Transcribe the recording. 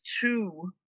two